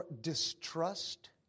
distrust